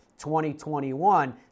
2021